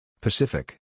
Pacific